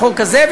בחוק הזה,